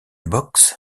box